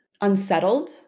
unsettled